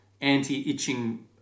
anti-itching